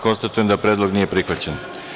Konstatujem da predlog nije prihvaćen.